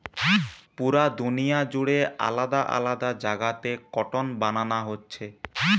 পুরা দুনিয়া জুড়ে আলাদা আলাদা জাগাতে কটন বানানা হচ্ছে